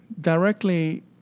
Directly